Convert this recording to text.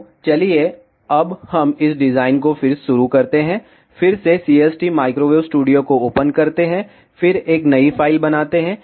तो चलिए अब हम इस डिज़ाइन को फिर शुरू करते हैं फिर से CST माइक्रोवेव स्टूडियो को ओपन करते हैं फिर एक नई फ़ाइल बनाते हैं